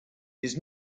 his